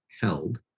held